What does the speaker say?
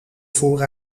voor